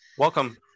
Welcome